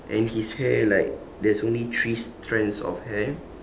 and his hair like there's only three strands of hair